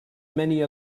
many